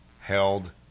held